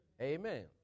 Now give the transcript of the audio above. Amen